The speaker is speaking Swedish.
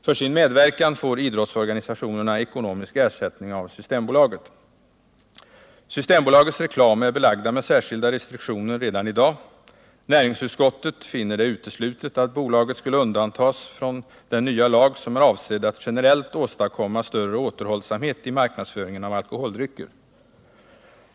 För sin medverkan får idrottsorganisationerna ekonomisk ersättning av Systembolaget. Systembolagets reklam är belagd med särskilda restriktioner redan i dag. Näringsutskottet finner det uteslutet att bolaget skulle undantas från den nya lag som är avsedd att generellt åstadkomma större återhållsamhet i marknadsföringen av alkoholdrycker.